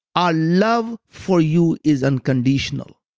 ah love for you is unconditional,